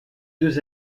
deux